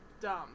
dumb